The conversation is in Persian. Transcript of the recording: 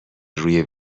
روی